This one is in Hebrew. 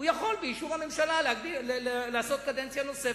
הוא יכול, באישור הממשלה, לעשות קדנציה נוספת,